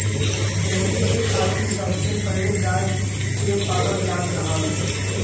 dairy के खातिर सबसे पहिले गाय के पालल जात रहल